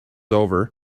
over